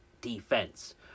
defense